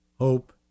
hope